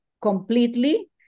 completely